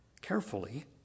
carefully